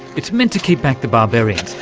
it's meant to keep back the barbarians,